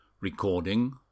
Recording